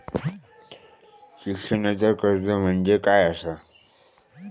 शिक्षणाचा कर्ज म्हणजे काय असा?